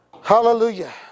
Hallelujah